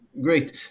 Great